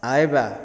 ଆ ଏ ବା